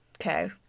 Okay